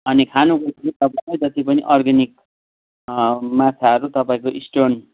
अनि खानु बस्नु तपाईँलाई जति पनि अर्ग्यानिक माछाहरू तपाईँको स्टोन